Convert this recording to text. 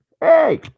Hey